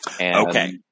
Okay